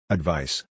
Advice